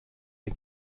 der